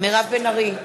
מירב בן ארי,